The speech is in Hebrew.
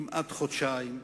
כמעט חודשיים,